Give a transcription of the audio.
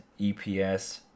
eps